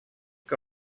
que